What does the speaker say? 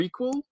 prequel